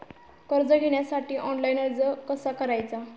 कर्ज घेण्यासाठी ऑनलाइन अर्ज कसा करायचा?